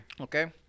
Okay